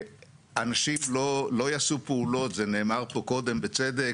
אנשים לא יעשו פעולות, זה נאמר פה קודם בצדק.